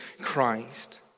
Christ